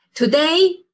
Today